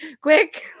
quick